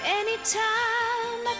anytime